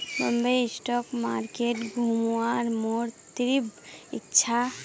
Bombay stock market घुमवार मोर तीव्र इच्छा छ